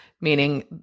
meaning